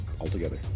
altogether